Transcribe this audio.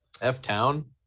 F-Town